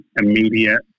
immediate